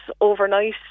overnight